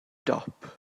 dop